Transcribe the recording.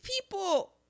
people